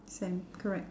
same correct